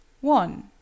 One